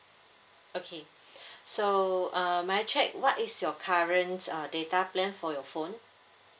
okay so um may I check what is your current uh data plan for your phone